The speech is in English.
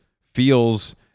feels